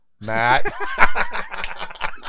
Matt